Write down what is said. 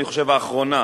אני חושב האחרונה,